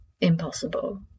impossible